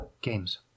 Games